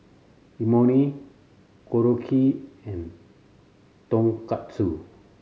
Imoni Korokke and Tonkatsu